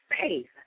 faith